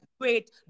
great